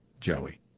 Joey